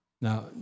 Now